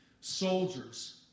soldiers